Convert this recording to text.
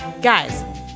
Guys